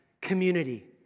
community